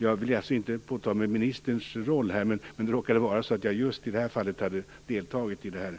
Jag vill inte påta mig ministerns roll här, men det råkade vara så att jag just i det här fallet hade deltagit i beslutet.